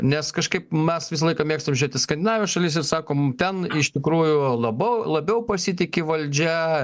nes kažkaip mes visą laiką mėgstam žiūrėt į skandinavijos šalis ir sakom ten iš tikrųjų labau labiau pasitiki valdžia